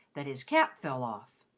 that his cap fell off.